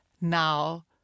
now